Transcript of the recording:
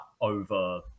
over